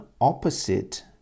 opposite